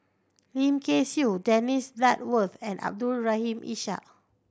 Lim Kay Siu Dennis Bloodworth and Abdul Rahim Ishak